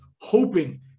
hoping